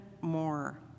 more